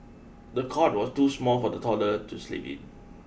the cot was too small for the toddler to sleep in